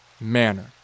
manner